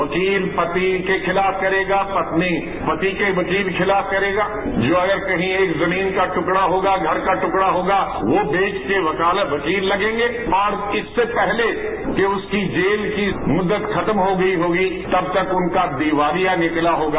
वकील पति के खिलाफ करेगा पत्नी पति के वकील के खिलाफ करेगा जो कहीं एक जमीन का टुकड़ा होगा घर का टुकड़ा होगा वो बेच कर वकील लगेगें और इससे पहले कि उसकी जेल की मुदत खत्म हो गई होगी तब तक उनका दिवालिया निकला होगा